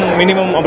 minimum